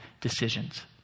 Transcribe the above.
decisions